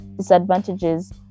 disadvantages